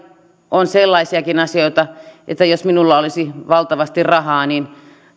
on sellaisiakin asioita että jos minulla olisi valtavasti rahaa niin